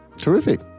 Terrific